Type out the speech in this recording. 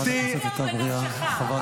חברת הכנסת אטבריאן, חברת הכנסת.